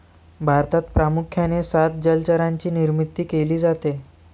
भारतात प्रामुख्याने सात जलचरांची निर्मिती केली जाते